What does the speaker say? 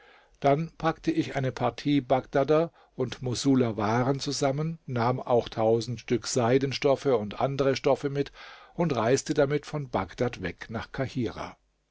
dann packte ich eine partie bagdader und mossuler waren zusammen nahm auch tausend stück seidenstoffe und andere stoffe mit und reiste damit von bagdad weg nach